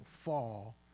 fall